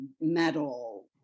metal